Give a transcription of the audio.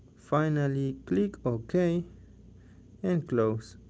finally, click ok and close